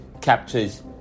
captures